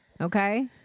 okay